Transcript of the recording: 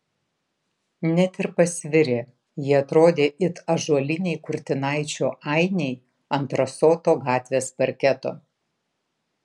net ir pasvirę jie atrodė it ąžuoliniai kurtinaičio ainiai ant rasoto gatvės parketo